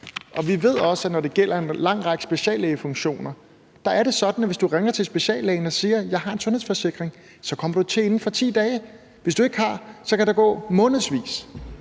Og vi ved også, at når det gælder en lang række speciallægefunktioner, er det sådan, at hvis du ringer til speciallægen og siger, at du har en sundhedsforsikring, så kommer du til inden for 10 dage. Hvis du ikke har det, kan der gå månedsvis.